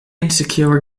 insecure